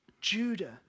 Judah